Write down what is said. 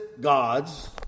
God's